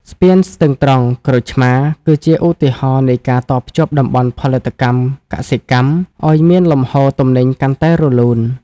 ស្ពានស្ទឹងត្រង់-ក្រូចឆ្មារ គឺជាឧទាហរណ៍នៃការតភ្ជាប់តំបន់ផលិតកម្មកសិកម្មឱ្យមានលំហូរទំនិញកាន់តែរលូន។